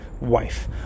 wife